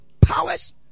powers